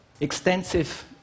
extensive